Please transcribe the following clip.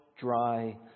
dry